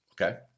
okay